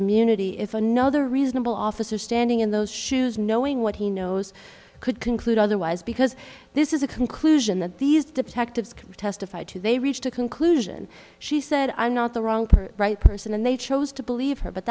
immunity if another reasonable officer standing in those shoes knowing what he knows could conclude otherwise because this is a conclusion that these detectives can testify to they reached a conclusion she said i'm not the wrong right person and they chose to believe her but